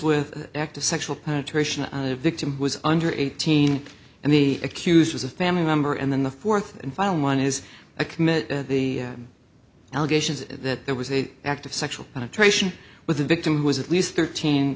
of sexual penetration a victim was under eighteen and the accused was a family member and then the fourth and final one is a commit the allegations that there was a act of sexual penetration with the victim was at least thirteen